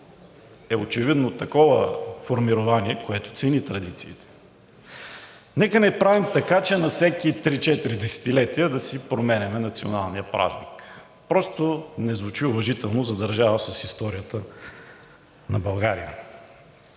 е очевидно такова формирование, което цени традициите. Нека не правим така, че на всеки 3 – 4 десетилетия да си променяме националния празник. Просто не звучи уважително за държава с историята на България.